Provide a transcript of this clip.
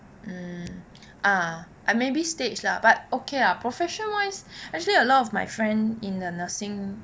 mm ah I maybe stage lah but okay uh profession wise actually a lot of my friend in the nursing